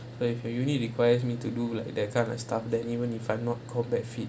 but if the unit requires me to do like that kind of stuff that even if I'm not combat fit